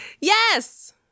Yes